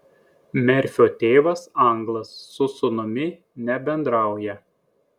merfio tėvas anglas su sūnumi nebendrauja